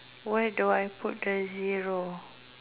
where do I put the zero